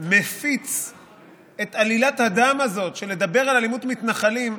מפיץ את עלילת הדם הזאת בלדבר על אלימות מתנחלים.